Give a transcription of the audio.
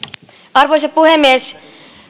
arvoisa puhemies